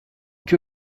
que